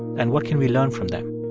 and what can we learn from them?